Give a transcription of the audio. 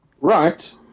Right